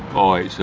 oh